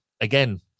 Again